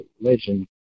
legend